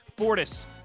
Fortis